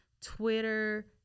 Twitter